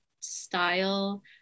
style